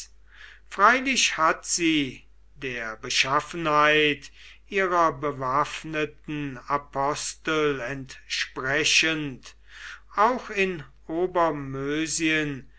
freilich hat sie der beschaffenheit ihrer bewaffneten apostel entsprechend auch in